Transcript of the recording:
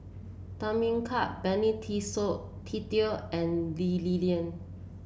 Tham Yui Kai Benny Se Teo and Lee Li Lian